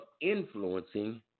influencing